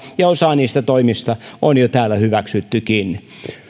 ja osa niistä toimista on jo täällä hyväksyttykin